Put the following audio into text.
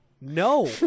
No